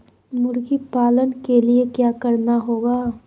मुर्गी पालन के लिए क्या करना होगा?